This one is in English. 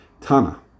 tana